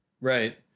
Right